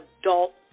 adult